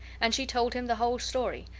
and she told him the whole story,